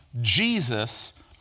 Jesus